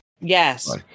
Yes